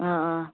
آ آ